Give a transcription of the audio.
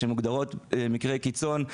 שמוגדרות כמקרי קיצון,